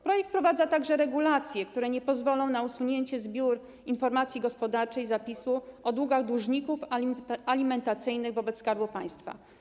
Projekt wprowadza także regulacje, które nie pozwolą na usunięcie z biur informacji gospodarczej zapisu o długach dłużników alimentacyjnych wobec Skarbu Państwa.